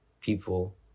people